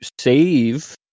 save